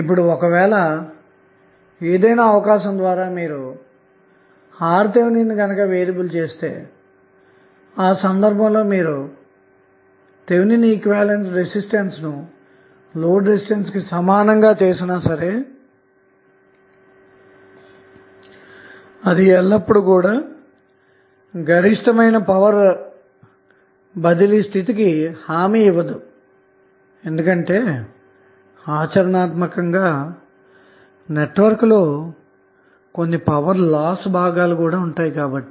ఇప్పుడు ఒకవేళ ఏదైనా అవకాశం ద్వారా మీరుRTh ను వేరియబుల్చేస్తే ఆ సందర్భంలోమీరు థెవినిన్ ఈక్వివలెంట్ రెసిస్టెన్స్ ను లోడ్కు సమానంగా చేసినాసరే అది ఎల్లప్పుడూ గరిష్టమైన పవర్ బదిలీ స్థితికి హామీ ఇవ్వదు ఎందుకంటే ఆచరణాత్మకంగా నెట్వర్క్లో కొన్ని పవర్ లాస్ భాగాలు కూడా ఉంటాయి కాబట్టి